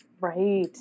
right